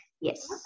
Yes